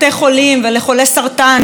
גם אם הם ערבים וגם אם הם פלסטינים,